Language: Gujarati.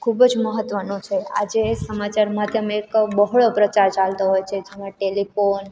ખૂબ જ મહત્વનું છે આજે સમાચાર માધ્યમ એક બહોળો પ્રચાર ચાલતો હોય છે જેમાં ટેલિફોન